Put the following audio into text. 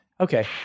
Okay